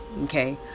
okay